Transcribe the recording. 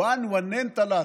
וואן, וואנין, תלאתה.